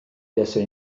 buaswn